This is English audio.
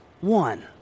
one